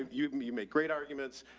you um you make great arguments.